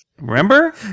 Remember